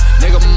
nigga